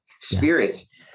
spirits